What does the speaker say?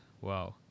Wow